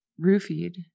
roofied